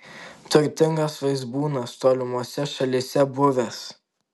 turtingas vaizbūnas tolimose šalyse buvęs